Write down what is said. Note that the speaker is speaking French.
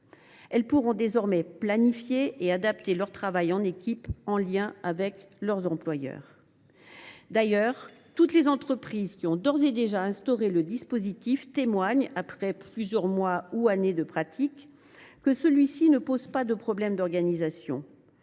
Elles pourront désormais planifier et adapter leur travail en équipe, en lien avec leurs employeurs. D’ailleurs, toutes les entreprises qui ont déjà instauré le dispositif témoignent, après plusieurs mois ou années de pratique, que celui ci ne pose pas de problème d’organisation.